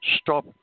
stop